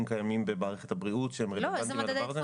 קיימים במערכת הבריאות שהם רלוונטיים לדבר הזה?